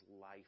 life